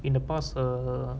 in the past err